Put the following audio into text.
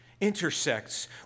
intersects